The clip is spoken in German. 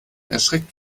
erschreckt